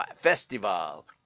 festival